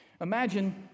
Imagine